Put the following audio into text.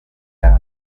yacu